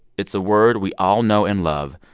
it's a word we all know and love.